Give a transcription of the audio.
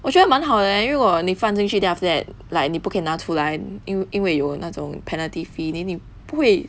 我觉得蛮好 eh 因为我你放进去 then after that like 你不可以拿出来因为有那种 penalty fee then 你不会